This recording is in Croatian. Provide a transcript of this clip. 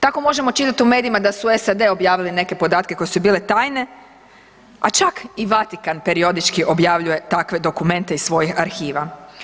Tako možemo čitati u medijima da su SAD objavili neke podatke koji su bili tajni, a čak i Vatikan periodički objavljuje takve dokumente iz svojih arhiva.